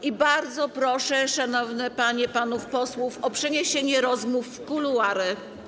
I bardzo proszę szanowne panie, panów posłów o przeniesienie rozmów w kuluary.